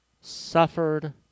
suffered